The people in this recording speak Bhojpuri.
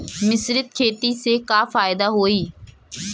मिश्रित खेती से का फायदा होई?